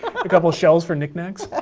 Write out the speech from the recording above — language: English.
a couple of shelves for nick-nacks,